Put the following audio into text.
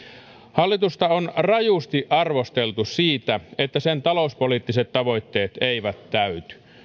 hallitusta on rajusti arvosteltu siitä että sen talouspoliittiset tavoitteet eivät täyty